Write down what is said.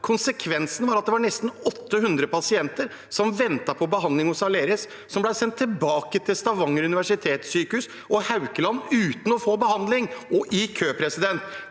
Konsekvensen var at nesten 800 pasienter som ventet på behandling hos Aleris, ble sendt tilbake til Stavanger universitetssykehus og Haukeland uten å få behandling og plassert